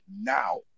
now